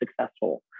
successful